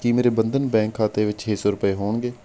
ਕੀ ਮੇਰੇ ਬੰਧਨ ਬੈਂਕ ਖਾਤੇ ਵਿੱਚ ਛੇ ਸੌ ਰੁਪਏ ਹੋਣਗੇ